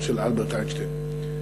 של אלברט איינשטיין.